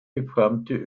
geformte